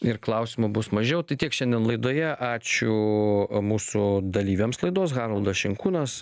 ir klausimų bus mažiau tai tiek šiandien laidoje ačiū mūsų dalyviams laidos haroldas šinkūnas